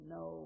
no